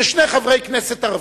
ששני חברי כנסת ערבים,